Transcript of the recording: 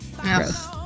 Gross